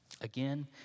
Again